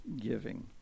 giving